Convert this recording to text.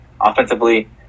offensively